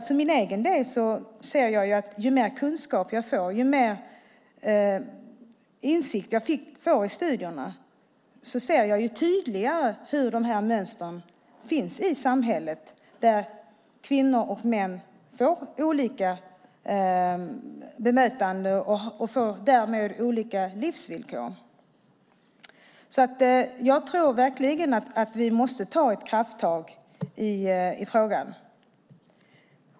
För min egen del ser jag att ju mer kunskap jag får, ju mer insikt jag får i studierna, desto tydligare ser jag hur mönstren finns i samhället. Kvinnor och män får olika bemötande och får därmed olika livsvillkor. Jag tror verkligen att vi måste ta krafttag i frågan.